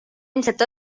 ilmselt